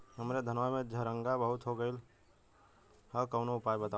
हमरे धनवा में झंरगा बहुत हो गईलह कवनो उपाय बतावा?